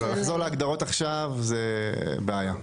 לחזור להגדרות עכשיו זו בעיה.